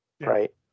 right